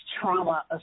trauma